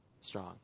strong